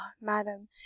madam